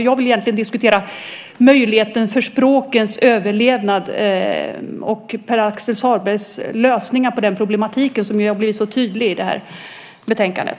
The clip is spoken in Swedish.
Jag vill diskutera möjligheten för språkens överlevnad och Pär Axel Sahlbergs lösningar på den problematiken, som ju har blivit så tydlig i det här betänkandet.